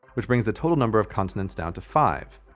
which brings the total number of continents down to five.